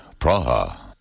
Praha